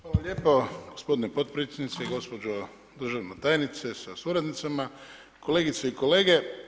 Hvala lijepo gospodine potpredsjedniče, gospođo državna tajnice sa suradnicama, kolegice i kolege.